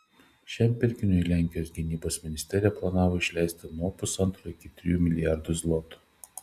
šiam pirkiniui lenkijos gynybos ministerija planavo išleisti nuo pusantro iki trijų milijardų zlotų